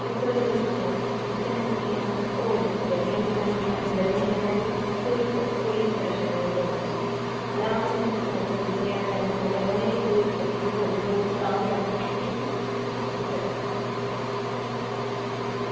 उप्पर धोड़ी तुसें उस कन्नै पुज्जी जाना होर इत्थै गड्डियां बी चलदियां न गड्डियें कन्नै बी तुसेंगी कोई परेशानी निं होग र्आम कन्नै तुसैं उप्पर पुज्जी जा करना अगर रौह्ने दी कोई तकलीफ होगी तां बी अस ठीक ऐ